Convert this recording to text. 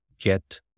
get